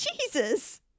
Jesus